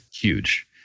huge